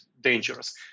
dangerous